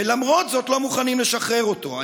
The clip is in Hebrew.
ולמרות זאת לא מוכנים לשחרר אותו.